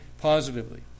positively